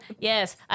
yes